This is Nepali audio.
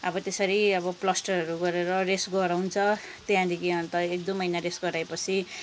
अब त्यसरी अब प्लस्टरहरू गरेर रेस्ट गराउँछ त्यहाँदेखि अन्त एक दुई महिना रेस्ट गराएपछि